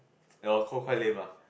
oh cold quite lame lah